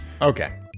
Okay